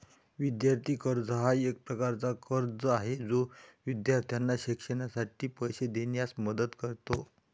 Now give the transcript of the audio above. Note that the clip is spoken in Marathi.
विद्यार्थी कर्ज हा एक प्रकारचा कर्ज आहे जो विद्यार्थ्यांना शिक्षणासाठी पैसे देण्यास मदत करतो